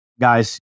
guys